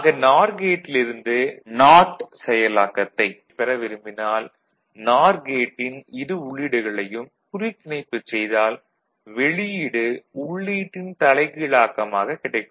ஆக நார் கேட்டில் இருந்து நாட் செயலாக்கத்தைப் பெற விரும்பினால் நார் கேட்டின் இரு உள்ளீடுகளையும் குறுக்கிணைப்புச் செய்தால் வெளியீடு உள்ளீட்டின் தலைகீழாக்கமாகக் கிடைக்கும்